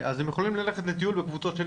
אז הם יכולים ללכת לטיול בקבוצות של